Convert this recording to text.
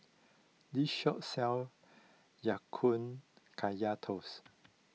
this shop sells Ya Kun Kaya Toast